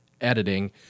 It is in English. editing